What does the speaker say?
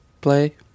play